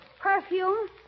Perfume